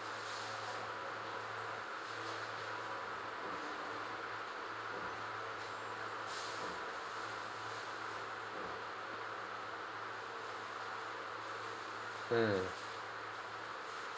mm